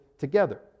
together